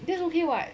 that's okay [what]